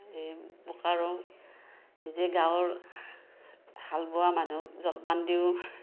এই বোকাৰো নিজে গাঁৱৰ হাল বোৱা মানুহক জলপান দিওঁ